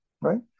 right